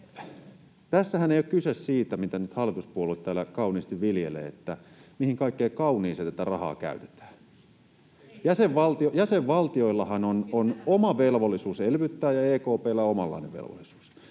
Tässähän ei ole kyse siitä, mitä nyt hallituspuolueet täällä kauniisti viljelevät, mihin kaikkeen kauniiseen tätä rahaa käytetään. Jäsenvaltioillahan on oma velvollisuus elvyttää ja EKP:llä omanlainen velvollisuus.